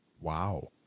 Wow